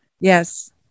Yes